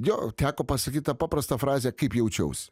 jo teko pasakyt tą paprastą frazę kaip jaučiaus